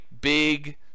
big